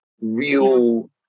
real